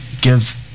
give